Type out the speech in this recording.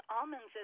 almonds